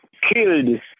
killed